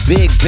Big